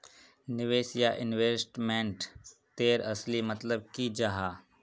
निवेश या इन्वेस्टमेंट तेर असली मतलब की जाहा?